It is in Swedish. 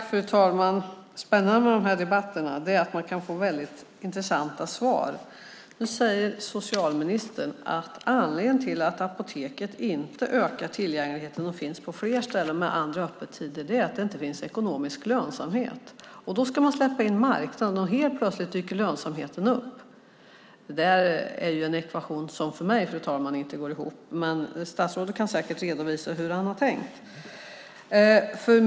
Fru talman! Det spännande med de här debatterna är att man kan få väldigt intressanta svar. Nu säger socialministern att anledningen till att Apoteket inte ökar tillgängligheten och finns på fler ställen med andra öppettider är att det inte finns ekonomisk lönsamhet. Då ska man släppa in marknaden, och helt plötsligt dyker lönsamheten upp. Det där är en ekvation som för mig inte går ihop, fru talman, men statsrådet kan säkert redovisa hur han har tänkt.